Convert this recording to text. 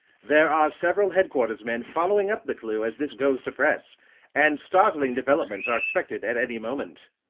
there are several headquarter's men following up the clew as this goes to press and startling developments are expected at any moment.